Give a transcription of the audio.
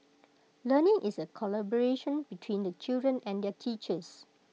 learning is A collaboration between the children and their teachers